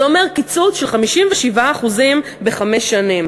זה אומר קיצוץ של 57% בחמש שנים,